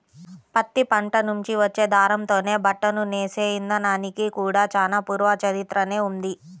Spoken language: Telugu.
పత్తి పంట నుంచి వచ్చే దారంతోనే బట్టను నేసే ఇదానానికి కూడా చానా పూర్వ చరిత్రనే ఉంది